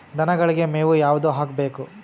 ದನಗಳಿಗೆ ಮೇವು ಯಾವುದು ಹಾಕ್ಬೇಕು?